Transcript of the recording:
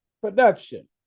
production